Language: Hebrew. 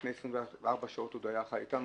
לפני 24 שעות עוד היה חי אתנו,